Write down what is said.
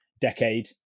decade